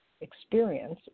experience